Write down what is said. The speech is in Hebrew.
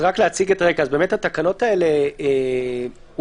להציג את הרקע התקנות הללו אושרו,